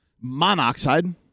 Monoxide